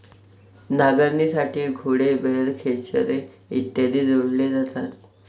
नांगरणीसाठी घोडे, बैल, खेचरे इत्यादी जोडले जातात